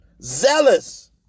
zealous